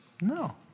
No